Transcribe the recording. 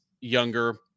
younger